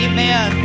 Amen